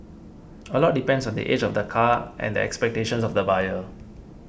a lot depends on the age of the car and the expectations of the buyer